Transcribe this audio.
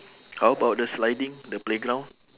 how about the sliding the playground